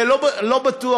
לא בטוח